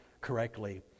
correctly